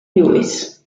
lewis